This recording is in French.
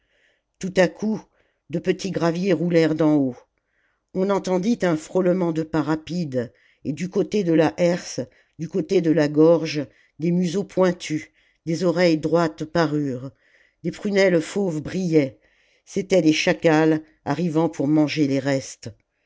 tout à coup de petits graviers roulèrent d'en haut on entendit un frôlement de pas rapides et du côté de la herse du côté de la gorge des museaux pointus des oreilles droites parurent des prunelles fauves brillaient c'étaient les chacals arrivant pour manger les restes